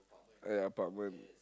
ya apartment